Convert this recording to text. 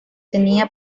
tenía